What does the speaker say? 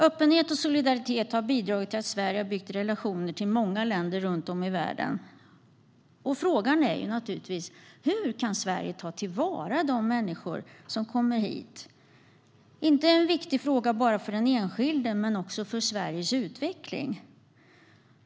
Öppenhet och solidaritet har bidragit till att Sverige har byggt relationer med många länder runt om i världen. Och frågan är naturligtvis hur Sverige kan ta till vara de människor som kommer hit. Det är en viktig fråga inte bara för den enskilde utan också för Sveriges utveckling.